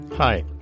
Hi